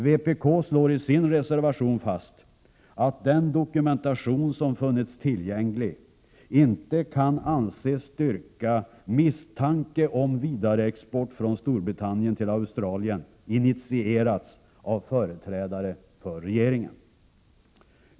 Vpk slår i sin reservation fast att den dokumentation som funnits tillgänglig inte kan anses styrka misstanke om att vidareexport från Storbritannien till Australien initierats av företrädare för regeringen.